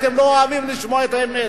אתם לא אוהבים לשמוע את האמת.